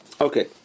Okay